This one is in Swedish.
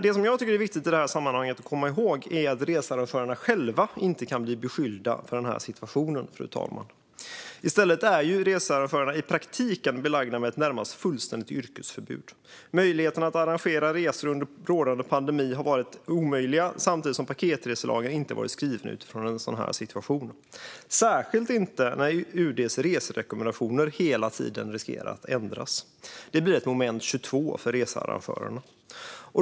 Det som jag tycker är viktigt att komma ihåg i detta sammanhang är att researrangörerna själva inte kan bli beskyllda för denna situation. I stället är researrangörerna i praktiken belagda med ett närmast fullständigt yrkesförbud. Det har varit omöjligt att arrangera resor under rådande pandemi, samtidigt som paketreselagen inte har varit skriven utifrån en sådan situation, särskilt när UD:s reserekommendationer hela tiden riskerar att ändras. Det blir ett moment 22 för researrangörerna.